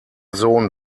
sohn